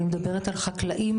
אני מדברת על חקלאים,